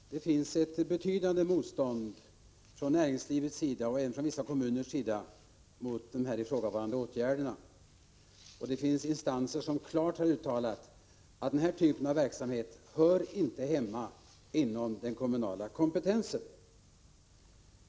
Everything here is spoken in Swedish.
Herr talman! Det finns ett betydande motstånd från näringslivets sida och även från vissa kommuners sida mot de ifrågavarande åtgärderna. Några instanser har klart uttalat att denna typ av verksamhet inte hör hemma inom den kommunala kompetensen.